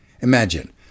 Imagine